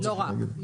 לא רק,